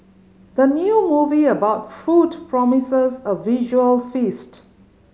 the new movie about food promises a visual feast